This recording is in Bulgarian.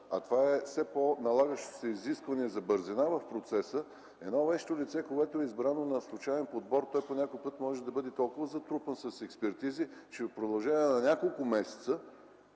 а това е все по-налагащо се изискване за бързина в процеса, едно вещо лице, когато е избрано на случаен подбор, по някой път може да бъде толкова затрупан с експертизи, че в продължение на няколко месеца